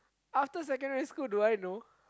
after secondary school do I know